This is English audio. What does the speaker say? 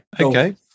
Okay